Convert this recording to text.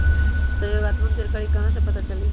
सहयोगात्मक जानकारी कहा से पता चली?